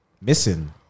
Missing